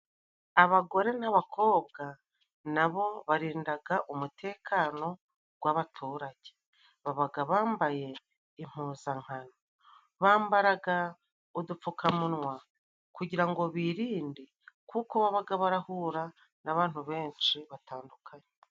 Abagore n'abakobwa nabo barindaga umutekano w'abaturage, babaga bambaye impuzankano, bambaraga udupfukamunwa kugira ngo birinde kuko babaga barahura n'abantu benshi batandukanye.